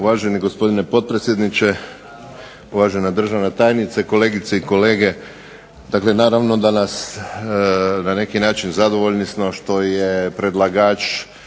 Uvaženi gospodine potpredsjedniče, uvažena državna tajnice, kolegice i kolege, dakle naravno danas na neki zadovoljni smo što je predlagač